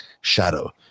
shadow